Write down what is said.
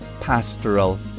Pastoral